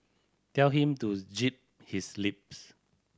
tell him to his lips